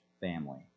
family